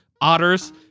Otters